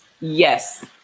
yes